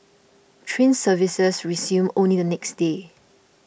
train services resumed only the next day